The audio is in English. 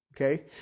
Okay